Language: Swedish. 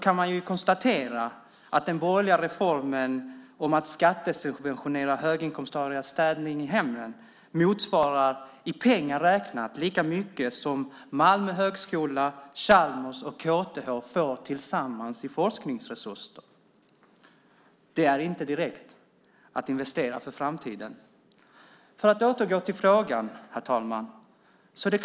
Man kan konstatera att den borgerliga reformen att skattesubventionera höginkomsttagares städning i hemmen i pengar räknat motsvarar lika mycket som Malmö högskola, Chalmers och KTH får tillsammans till forskningsresurser. Det är inte direkt att investera för framtiden. Herr talman! Jag ska återgå till frågan.